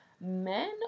men